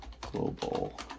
global